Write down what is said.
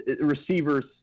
receivers